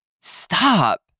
Stop